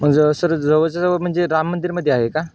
म्हणजे सर जवळच्या जवळ म्हणजे राम मंदिरमध्ये आहे का